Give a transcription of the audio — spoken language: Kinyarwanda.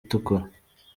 itukura